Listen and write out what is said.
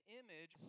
image